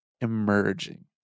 Emerging